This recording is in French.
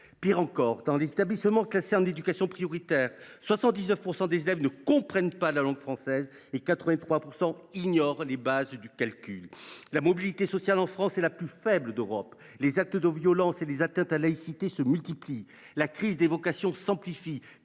Pis encore, dans les établissements classés en éducation prioritaire, 79 % des élèves ne comprennent pas la langue française et 83 % d’entre eux ignorent les bases du calcul. La mobilité sociale en France est la plus faible d’Europe ; les actes de violence et les atteintes à laïcité se multiplient ; la crise des vocations s’amplifie.